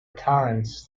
occurrence